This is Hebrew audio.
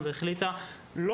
למזלנו או